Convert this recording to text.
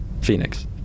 Phoenix